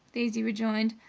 daisy rejoined.